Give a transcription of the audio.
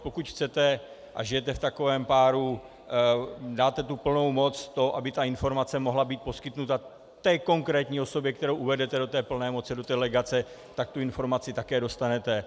Pokud chcete a žijete v takovém páru, dáte tu plnou moc, to, aby informace mohla být poskytnuta té konkrétní osobě, kterou uvedete do plné moci a do té legace, tak tu informaci také dostanete.